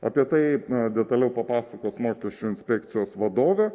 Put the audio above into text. apie tai detaliau papasakos mokesčių inspekcijos vadovė